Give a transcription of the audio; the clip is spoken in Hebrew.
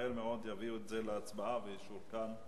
שמהר מאוד יביאו את זה להצבעה ולאישור כאן,